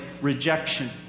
rejection